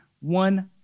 one